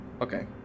okay